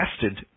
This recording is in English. tested